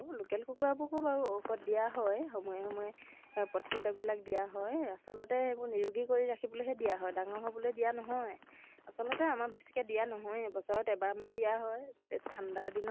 কৰোঁতে আচলতে বহুখিনি সময় লাগে তেতিয়া মই যিহেতু কলেজত পঢ়ি আছিলোঁ নহ্ কলেজৰ হোম এছাইনমেণ্ট ছেমিনাৰ এইবিলাকতো থাকেই তাৰপিছত এক্সামটো পাইহি ত' মই ইমান ভালকৈ সেইটো কামত